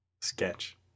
sketch